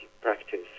practice